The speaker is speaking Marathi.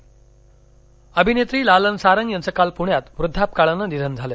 लालन सारंग अभिनेत्री लालन सारंग यांच काल पुण्यात वृद्धापकाळानं निधन झालं